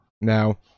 Now